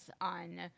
on